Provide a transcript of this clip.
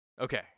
Okay